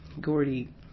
Gordy